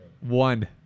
One